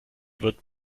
wird